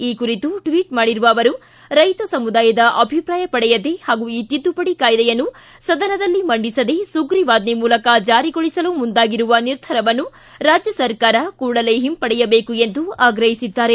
ಈ ಕುರಿತು ಟ್ವಿಚ್ ಮಾಡಿರುವ ಅವರು ರೈತ ಸಮುದಾಯದ ಅಭಿಪ್ರಾಯ ಪಡೆಯದೇ ಹಾಗೂ ಈ ತಿದ್ದುಪಡಿ ಕಾಯಿದೆಯನ್ನು ಸದನದಲ್ಲಿ ಮುಂಡಿಸದೇ ಸುಗ್ರೀವಾಜ್ಞೆ ಮೂಲಕ ಜಾರಿಗೊಳಿಸಲು ಮುಂದಾಗಿರುವ ನಿರ್ಧಾರವನ್ನು ರಾಜ್ಯ ಸರ್ಕಾರ ಹಿಂಪಡೆಯಬೇಕು ಎಂದು ಆಗ್ರಹಿಸಿದ್ದಾರೆ